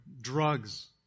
drugs